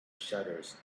shutters